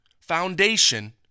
foundation